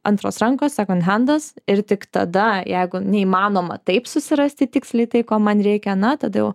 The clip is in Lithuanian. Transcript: antros rankos sekon hendas ir tik tada jeigu neįmanoma taip susirasti tiksliai tai ko man reikia na tada jau